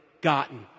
gotten